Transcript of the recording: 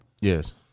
Yes